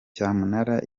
cyamunara